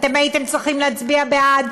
אתם הייתם צריכים להצביע בעד,